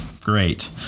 Great